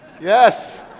Yes